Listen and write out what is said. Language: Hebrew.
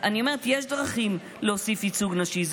אני אומרת שיש דרכים להוסיף ייצוג נשי.